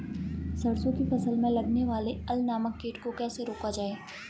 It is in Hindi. सरसों की फसल में लगने वाले अल नामक कीट को कैसे रोका जाए?